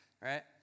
right